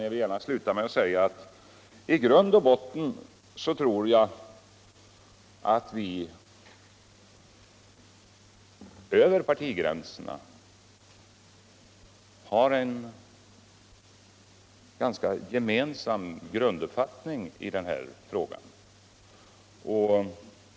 Jag vill gärna sluta med att säga all jag tror alt vi Över partigränserna I grund och botten har i stort sett samma grunduppfattning i denna fråga.